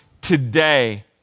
today